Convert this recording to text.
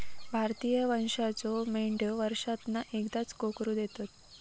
भारतीय वंशाच्यो मेंढयो वर्षांतना एकदाच कोकरू देतत